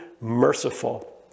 merciful